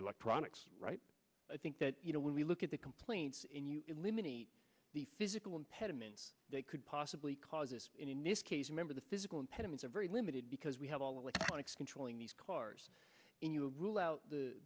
electronics right i think that you know when we look at the complaints in you eliminate the physical impediments that could possibly cause us in this case remember the physical impediments are very limited because we have all electronics controlling these cars and you rule out the